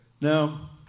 Now